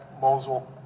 Mosul